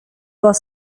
was